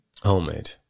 Homemade